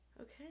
okay